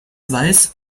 weiß